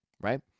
right